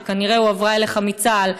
שכנראה הועברה אליך מצה"ל,